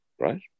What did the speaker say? right